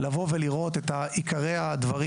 לבוא ולראות את עיקרי הדברים.